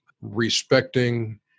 respecting